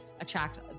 attract